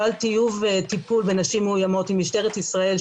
נוהל טיוב טיפול בנשים מאוימות עם משטרת ישראל,